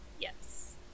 Yes